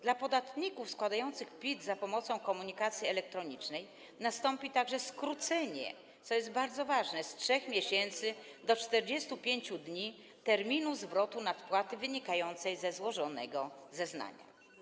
Dla podatników składających PIT za pomocą komunikacji elektronicznej nastąpi także skrócenie, co jest bardzo ważne, z 3 miesięcy do 45 dni terminu zwrotu nadpłaty wynikającej ze złożonego zeznania.